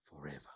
forever